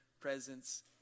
presence